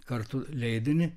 kartu leidinį